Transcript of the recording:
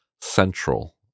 central